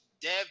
Dev